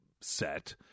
set